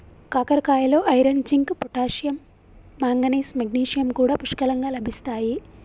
కాకరకాయలో iron, zinc, potassium, manganese, magnesium కూడా పుష్కలంగా లభిస్తాయి